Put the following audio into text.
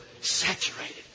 saturated